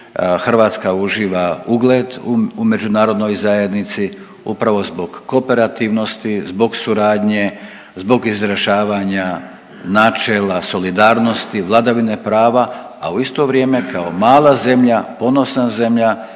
Hrvatska uživa ugled u međunarodnoj zajednici upravo zbog kooperativnosti, zbog suradnje, zbog izražavanja načela solidarnosti, vladavine prva, a u isto vrijeme kao mala zemlja, ponosna zemlja